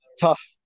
tough